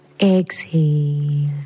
exhale